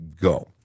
go